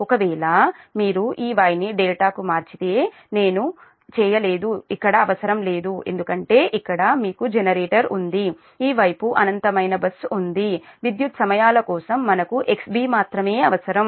ఒకవేళ మీరు ఈ Y ని ∆ కు మార్చితే నేను నేను చేయలేదు ఇక్కడ అవసరం లేదు ఎందుకంటే ఇక్కడ మీకు జనరేటర్ ఉంది ఈ వైపు అనంతమైన బస్సు ఉంది విద్యుత్ సమయాల కోసం మనకు XB మాత్రమే అవసరం